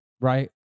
Right